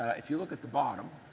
if you look at the bottom,